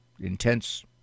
intense